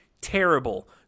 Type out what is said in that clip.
terrible